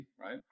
right